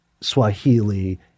Swahili